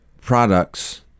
products